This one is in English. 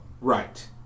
Right